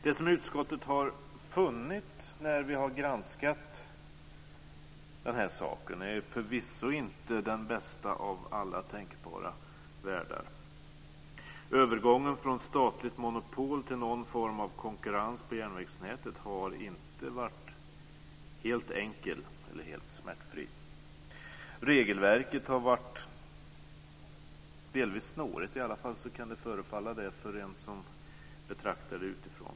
Det som utskottet har funnit när vi har granskat saken är förvisso inte den bästa av alla tänkbara världar. Övergången från statligt monopol till någon form av konkurrens på järnvägsnätet har inte varit helt enkel eller helt smärtfri. Regelverket har delvis varit snårigt, i alla fall kan det förefalla det för den som betraktar det hela utifrån.